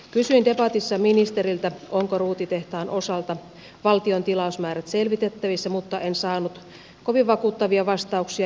kysyin debatissa ministeriltä onko ruutitehtaan osalta valtion tilausmäärät selvitettävissä mutta en ikävä kyllä saanut kovin vakuuttavia vastauksia